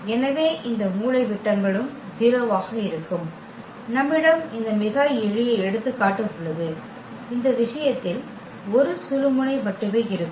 எனவே இந்த மூலைவிட்டங்களும் 0 ஆக இருக்கும் நம்மிடம் இந்த மிக எளிய எடுத்துக்காட்டு உள்ளது இந்த விஷயத்தில் 1 சுழுமுனை மட்டுமே இருக்கும்